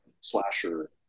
slasher